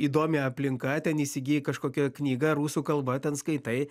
įdomi aplinka ten įsigijai kažkokią knygą rusų kalba ten skaitai